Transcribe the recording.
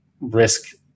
risk